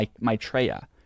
Maitreya